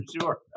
Sure